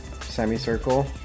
semicircle